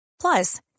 Plus